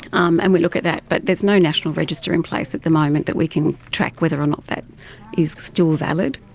um and we look at that but there's no national register in place at the moment that we can track whether or not that is still valid.